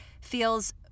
feels